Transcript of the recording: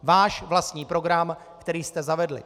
Váš vlastní program, který jste zavedli!